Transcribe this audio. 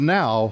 now